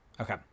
Okay